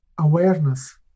awareness